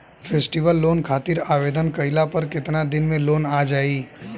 Festival loan खातिर आवेदन कईला पर केतना दिन मे लोन आ जाई?